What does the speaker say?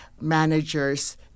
managers